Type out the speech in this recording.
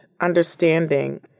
understanding